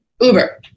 uber